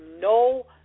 no